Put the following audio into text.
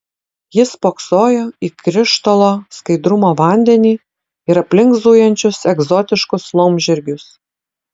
jis spoksojo į krištolo skaidrumo vandenį ir aplink zujančius egzotiškus laumžirgius